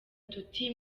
tuti